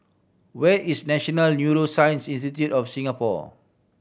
where is National Neuroscience Institute of Singapore